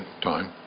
time